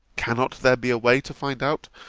cannot there be a way to find out,